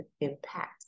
impact